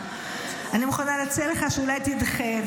אני מוכנה להציע לך שאולי תדחה,